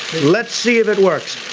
let's see if it works.